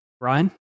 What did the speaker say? Ryan